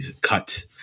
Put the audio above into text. cut